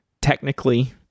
technically